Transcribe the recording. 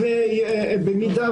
במידה